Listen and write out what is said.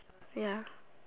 ya